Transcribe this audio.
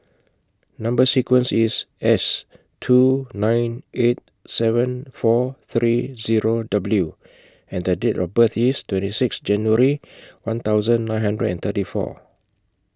Number sequence IS S two nine eight seven four three Zero W and The Date of birth IS twenty six January one thousand nine hundred and thirty four